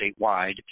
statewide